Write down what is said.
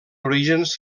orígens